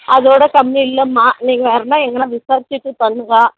அதோடு கம்மி இல்லைம்மா நீங்கள் வேறுன்னா எங்கேன்னா விசாரிச்சுட்டு பண்ணுங்கள்